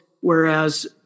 whereas